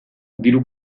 diru